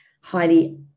highly